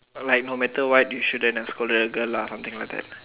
like no matter what you shouldn't have call her a girl lah something like that